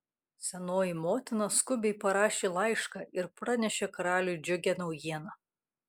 senoji motina skubiai parašė laišką ir pranešė karaliui džiugią naujieną